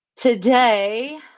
Today